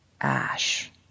Ash